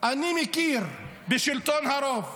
אני מכיר בשלטון הרוב,